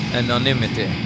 anonymity